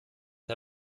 der